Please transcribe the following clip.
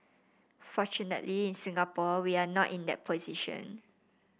fortunately in Singapore we are not in that position